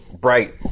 bright